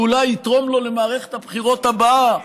שאולי יתרום לו למערכת הבחירות הבאה,